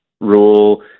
rule